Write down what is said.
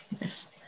Yes